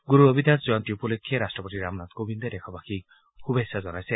গুৰু ৰবিদাস জয়ন্তী উপলক্ষে ৰাট্টপতি ৰামনাথ কোবিন্দে দেশবাসীক শুভেচ্ছা জনাইছে